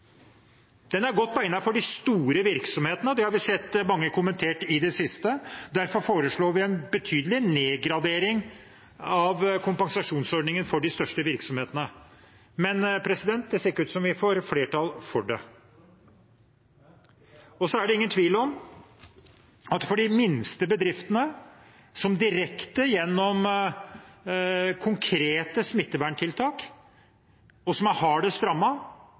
Den er godt egnet for de store virksomhetene, det har vi sett mange kommentere i det siste. Derfor foreslår vi en betydelig nedgradering av kompensasjonsordningen for de største virksomhetene. Men det ser ikke ut som om vi får flertall for det. Så er det ingen tvil om at de minste bedriftene, som direkte gjennom konkrete smitteverntiltak er hardest rammet, ikke treffes godt nok av kompensasjonsordningen. Kompensasjonsordningen er